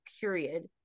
period